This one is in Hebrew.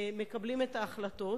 מקבלת את ההחלטות.